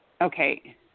Okay